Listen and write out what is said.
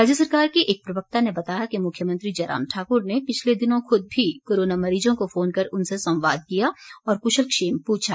राज्य सरकार के एक प्रवक्ता ने बताया कि मुख्यमंत्री जयराम ठाकुर ने पिछले दिनों खुद भी कोरोना मरीजों को फोन कर उनसे संवाद किया और कुशलक्षेम पूछा